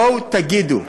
בואו, תגידו,